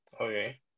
Okay